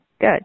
good